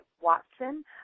Watson